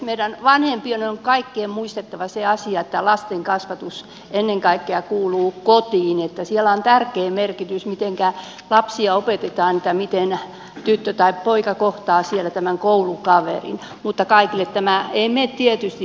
meidän kaikkien vanhempien on muistettava se asia että lasten kasvatus kuuluu ennen kaikkea kotiin että on tärkeä merkitys miten siellä lapsia opetetaan että miten tyttö tai poika kohtaa siellä tämän koulukaverin mutta kaikille tämä ei mene tietysti perille